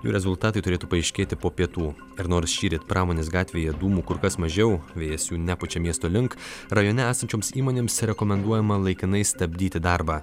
jų rezultatai turėtų paaiškėti po pietų ir nors šįryt pramonės gatvėje dūmų kur kas mažiau vėjas jų nepučia miesto link rajone esančioms įmonėms rekomenduojama laikinai stabdyti darbą